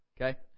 okay